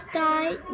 die